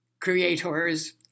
creators